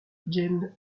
james